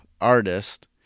artist